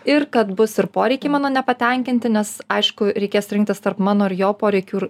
ir kad bus ir poreikiai mano nepatenkinti nes aišku reikės rinktis tarp mano ir jo poreikių ir